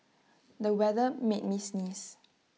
the weather made me sneeze